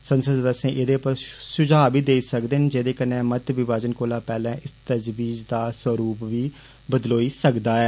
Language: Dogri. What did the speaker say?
संसद सदस्य एदे पर सुझाव बी देई सकदे न जेदे कन्नै मते विभाजन कोला पैहले इस तजवीज़ दा स्वरुप बी बदलोई सकदा ऐ